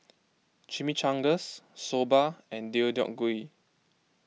Chimichangas Soba and Deodeok Gui